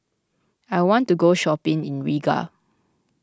I want to go shopping in Riga